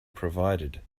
provided